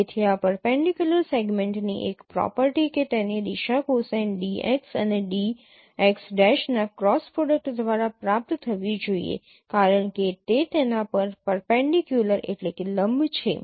તેથી આ પરપેન્ડીક્યૂલર સેગમેન્ટની એક પ્રોપર્ટી કે તેની દિશા કોસાઇન dx અને dx' ના ક્રોસ પ્રોડક્ટ દ્વારા પ્રાપ્ત થવી જોઈએ કારણ કે તે તેના પર લંબ છે